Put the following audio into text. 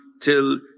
till